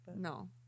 No